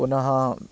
पुनः